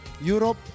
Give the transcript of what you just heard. Europe